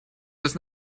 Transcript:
does